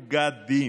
מאוגדים,